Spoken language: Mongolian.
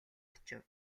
очив